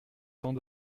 temps